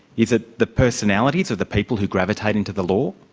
is it the personalities of the people who gravitate into the law?